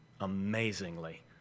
amazingly